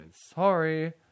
Sorry